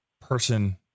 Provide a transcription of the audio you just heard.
person